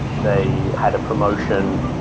they had a promotion.